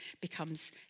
becomes